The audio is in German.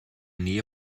nähe